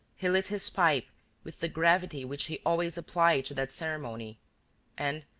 he lit his pipe with the gravity which he always applied to that ceremony and,